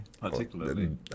particularly